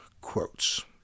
quotes